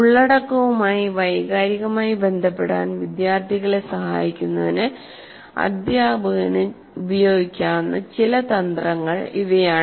ഉള്ളടക്കവുമായി വൈകാരികമായി ബന്ധപ്പെടാൻ വിദ്യാർത്ഥികളെ സഹായിക്കുന്നതിന് അധ്യാപകന് ഉപയോഗിക്കാവുന്ന ചില തന്ത്രങ്ങൾ ഇവയാണ്